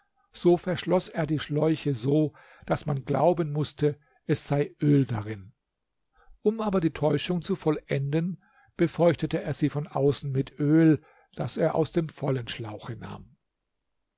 so verschloß er die schläuche so daß man glauben mußte es sei öl darin um aber die täuschung zu vollenden befeuchtete er sie von außen mit öl das er aus dem vollen schlauche nahm